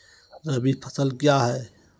रबी फसल क्या हैं?